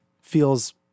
feels